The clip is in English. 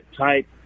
type